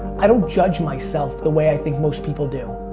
i don't judge myself the way i think most people do.